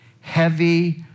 heavy